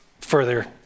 further